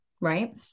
right